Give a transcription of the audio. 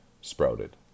sprouted